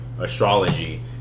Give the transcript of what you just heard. astrology